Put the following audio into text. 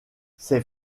ses